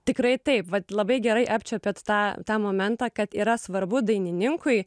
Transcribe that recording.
tikrai taip vat labai gerai apčiuopėt tą tą tą momentą kad yra svarbu dainininkui